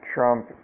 Trump